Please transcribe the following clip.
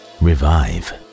revive